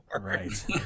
Right